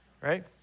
right